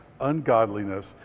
ungodliness